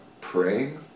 praying